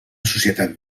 societat